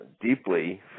deeply